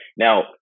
Now